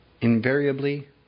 invariably